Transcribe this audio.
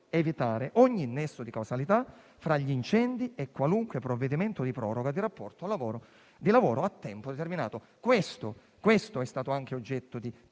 evitare ogni nesso di causalità fra gli incendi e qualunque provvedimento di proroga di rapporti di lavoro di lavoro a tempo determinato. Questo è stato anche oggetto di